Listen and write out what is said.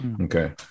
Okay